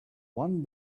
one